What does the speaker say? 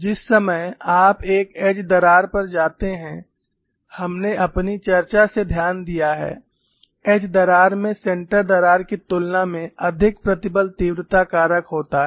जिस समय आप एक एज दरार पर जाते हैं हमने अपनी चर्चा से ध्यान दिया है एज दरार में सेंटर दरार की तुलना में अधिक प्रतिबल तीव्रता कारक होता है